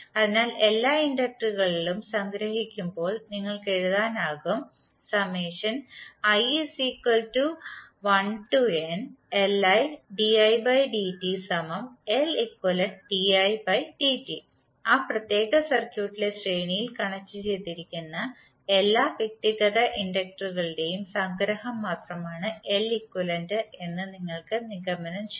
അതിനാൽ എല്ലാ ഇൻഡക്റ്ററുകളും സംഗ്രഹിക്കുമ്പോൾ നിങ്ങൾക്ക് എഴുതാനാകും ആ പ്രത്യേക സർക്യൂട്ടിലെ ശ്രേണിയിൽ കണക്റ്റുചെയ്തിരിക്കുന്ന എല്ലാ വ്യക്തിഗത ഇൻഡക്റ്റൻസുകളുടെയും സംഗ്രഹം മാത്രമാണ് Leq എന്ന് നിങ്ങൾക്ക് നിഗമനം ചെയ്യാം